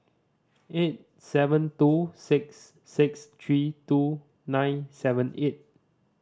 eight seven two six six three two nine seven eight